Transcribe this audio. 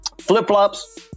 flip-flops